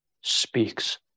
speaks